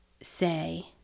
say